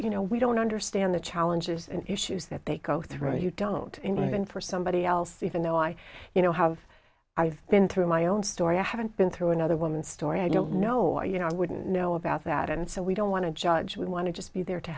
you know we don't understand the challenges and issues that they go through that you don't invent for somebody else even though i you know have i've been through my own story i haven't been through another woman's story i don't know you know i wouldn't know about that and so we don't want to judge we want to just be there to